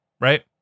Right